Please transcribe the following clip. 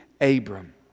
Abram